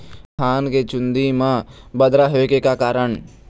धान के चुन्दी मा बदरा होय के का कारण?